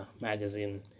Magazine